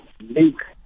link